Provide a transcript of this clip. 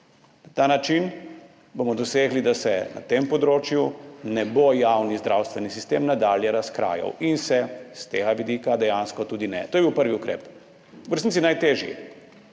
ta način bomo dosegli, da se na tem področju ne bo javni zdravstveni sistem nadalje razkrajal in se s tega vidika dejansko tudi ne. To je bil prvi ukrep. V resnici najtežji,